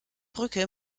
brücke